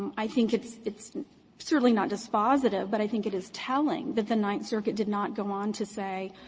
i think it's it's certainly not dispositive, but i think it is telling that the ninth circuit did not go on to say,